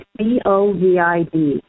COVID